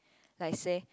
like say